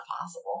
possible